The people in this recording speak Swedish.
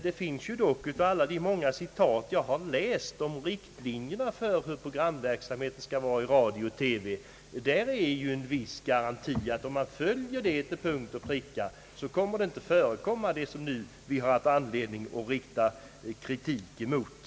Men alla de citat som jag läst upp om riktlinjerna för programverksamheten i radio och TV innebär ju en viss garanti. Om man följer dessa riktlinjer till punkt och pricka kommer ingenting sådant att förekomma som vi nu har haft anledning att rikta kritik emot.